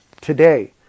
today